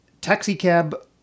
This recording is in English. taxicab